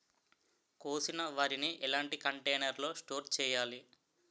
కోసిన వరిని ఎలాంటి కంటైనర్ లో స్టోర్ చెయ్యాలి?